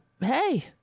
hey